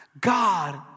God